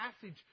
passage